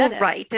Right